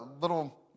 little